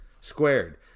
squared